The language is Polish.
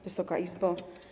Wysoka Izbo!